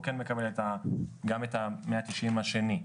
הוא כן מקבל גם את ה-190 השני,